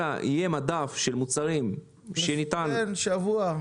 אלא יהיה מדף של מוצרים שניתן --- שבוע.